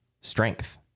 strength